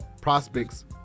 prospects